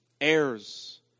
Heirs